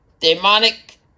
demonic